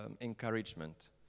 encouragement